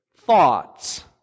thoughts